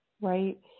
right